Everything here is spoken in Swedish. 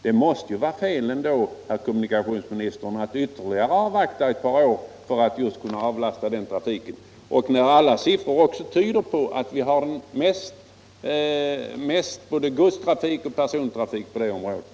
Det måste ändå vara fel, herr kommunikationsminister, att avvakta ytterligare ett par år för att kunna avlasta den trafiken, när alla siffror tyder på att både gods och persontrafiken är störst i det området.